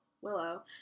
Willow